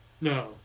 No